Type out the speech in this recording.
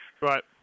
Right